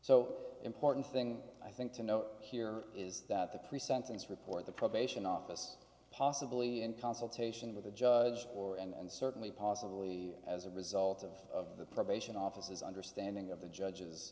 so important thing i think to note here is that the pre sentence report the probation office possibly in consultation with the judge or and certainly possibly as a result of the probation office is understanding of the judge